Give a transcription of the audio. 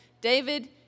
David